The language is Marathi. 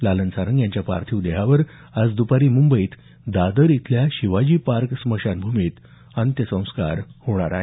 लालन सारंग यांच्या पार्थिव देहावर आज दुपारी मुंबईत दादर इथल्या शिवाजी पार्क स्मशान भूमीत अंत्यसंस्कार होणार आहेत